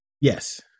Yes